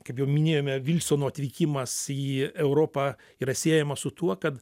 kaip jau minėjome vilsono atvykimas į europą yra siejamas su tuo kad